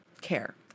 care